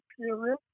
period